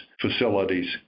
facilities